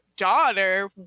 daughter